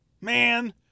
Man